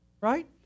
right